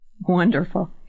Wonderful